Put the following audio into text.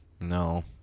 No